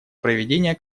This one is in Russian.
проведения